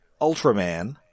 Ultraman